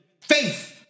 faith